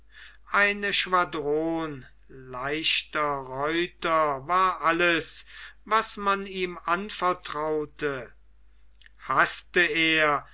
eine schwadron leichter reiter war alles was man ihm anvertraute haßte er